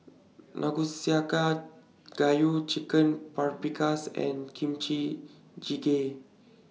Gayu Chicken Paprikas and Kimchi Jjigae